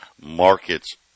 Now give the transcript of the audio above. markets